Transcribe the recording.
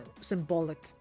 symbolic